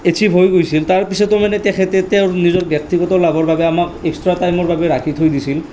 achieve হৈ গৈছিল তাৰপিছতো মানে তেখেতে তেওঁৰ নিজৰ ব্যক্তিগত লাভৰ বাবে আমাক এক্সট্ৰা টাইমৰ বাবে ৰাখি থৈ দিছিল